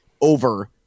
over